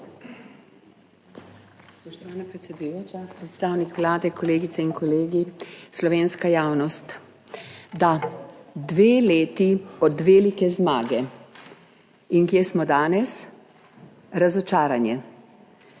Spoštovana predsedujoča, predstavnik Vlade, kolegice in kolegi, slovenska javnost! Da, dve leti od velike zmage in kje smo danes? Razočaranje.